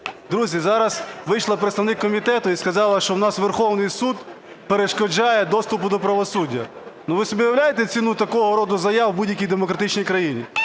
Друзі, зараз вийшла представник комітету і сказала, що у нас Верховний Суд перешкоджає доступу до правосуддя. Ви собі уявляєте ціну такого роду заяв у будь-якій демократичній країні?